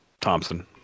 Thompson